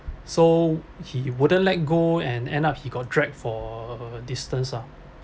so he wouldn't let go and end up he got dragged for a distance lah